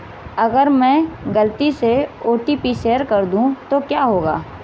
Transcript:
अगर मैं गलती से ओ.टी.पी शेयर कर दूं तो क्या होगा?